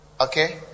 okay